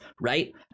right